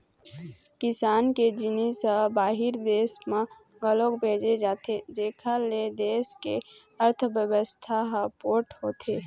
किसान के जिनिस ह बाहिर देस म घलोक भेजे जाथे जेखर ले देस के अर्थबेवस्था ह पोठ होथे